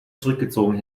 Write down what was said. zurückgezogen